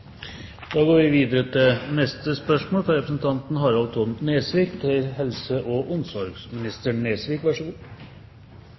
da til neste hovedspørsmål. Mitt spørsmål går til helse- og